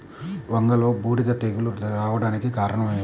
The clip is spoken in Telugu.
వంగలో బూడిద తెగులు రావడానికి కారణం ఏమిటి?